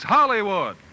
Hollywood